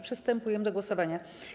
Przystępujemy do głosowania.